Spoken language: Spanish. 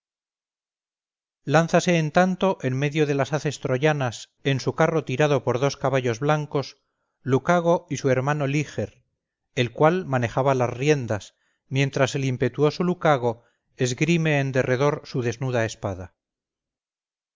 lánzase en tanto en medio de las haces troyanas en su carro tirado por dos caballos blancos lucago y su hermano liger el cual maneja las riendas mientras el impetuoso lucago esgrime en derredor su desnuda espada